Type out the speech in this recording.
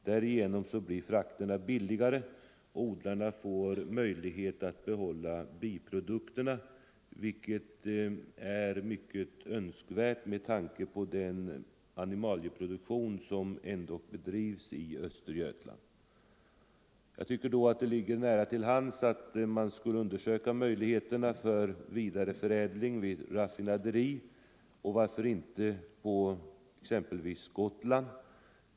Därigenom blir frakterna billigare, och odlarna får möjlighet att behålla biprodukterna, vilket är mycket önskvärt med tanke på den animalieproduktion som ändock bedrivs i Östergötland. Det ligger också nära till hands att undersöka möjligheterna till vidareförädling vid raffinaderi exempelvis på Gotland.